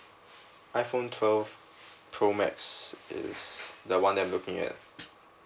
iPhone twelve pro max is the one that I'm looking at